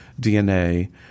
DNA